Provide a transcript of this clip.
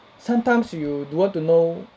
sometimes you don't want to know